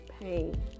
pain